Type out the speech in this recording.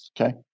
Okay